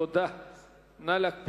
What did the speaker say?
הוא חוזר לבית